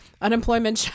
unemployment